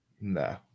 No